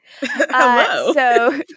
hello